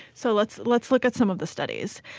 so let's let's look at some of the studies.